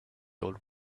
old